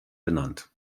benannt